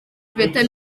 peter